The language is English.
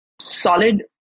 solid